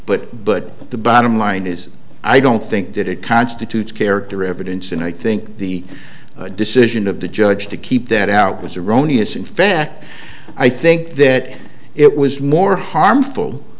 but but the bottom line is i don't think that it constitutes character evidence and i think the decision of the judge to keep that out was erroneous in fact i think that it was more harmful